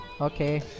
okay